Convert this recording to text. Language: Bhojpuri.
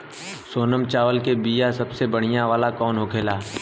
सोनम चावल के बीया सबसे बढ़िया वाला कौन होखेला?